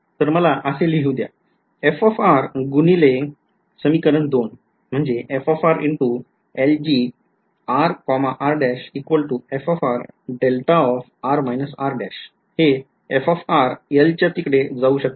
तर मला असे लिहुद्या f गुणिले समीकरण २ हे f L च्या तिकडे जाऊ शकते का